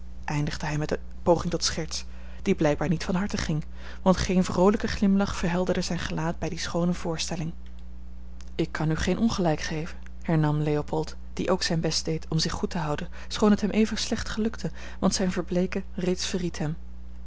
eindigde hij met eene poging tot scherts die blijkbaar niet van harte ging want geen vroolijke glimlach verhelderde zijn gelaat bij die schoone voorstelling ik kan u geen ongelijk geven hernam leopold die ook zijn best deed om zich goed te houden schoon het hem even slecht gelukte want zijn verbleeken reeds